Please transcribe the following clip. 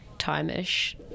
time-ish